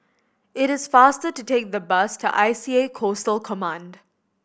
it is faster to take the bus to I C A Coastal Command